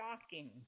shocking